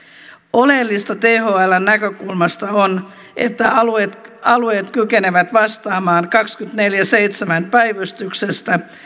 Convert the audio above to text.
oleellista thln näkökulmasta on että alueet alueet kykenevät vastaamaan kaksikymmentäneljä kautta seitsemän päivystyksestä